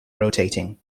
rotating